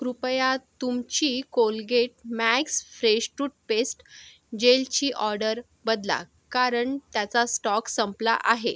कृपया तुमची Colgate max fresh toothpaste जेलची ऑर्डर बदला कारण त्याचा स्टॉक संपला आहे